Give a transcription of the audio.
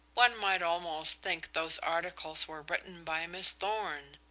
one might almost think those articles were written by miss thorn.